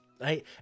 Right